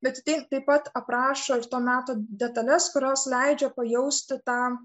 bet ji taip pat aprašo ir to meto detales kurios leidžia pajausti tą